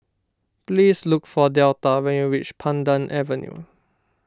please look for Delta when you reach Pandan Avenue